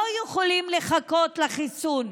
לא יכולים לחכות לחיסון,